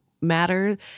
matter